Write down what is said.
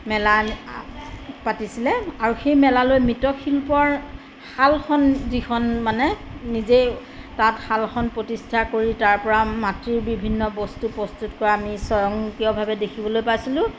মেলা আ পাতিছিলে আৰু সেই মেলালৈ মৃৎশিল্পৰ শালখন যিখন মানে নিজে তাত শালখন প্ৰতিষ্ঠা কৰি তাৰ পৰা মাটিৰ বিভিন্ন বস্তু প্ৰস্তুত কৰা আমি স্বয়ংক্ৰিয়ভাৱে দেখিবলৈ পাইছিলোঁ